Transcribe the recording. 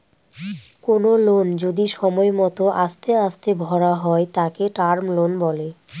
কোনো লোন যদি সময় মত আস্তে আস্তে ভরা হয় তাকে টার্ম লোন বলে